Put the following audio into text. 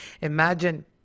Imagine